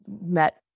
met